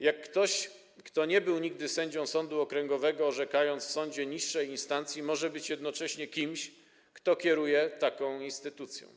Jak ktoś, kto nie był nigdy sędzią sądu okręgowego, orzekając w sądzie niższej instancji, może być jednocześnie kimś, kto kieruje taką instytucją?